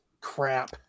Crap